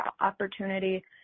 opportunity